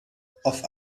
auf